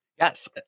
Yes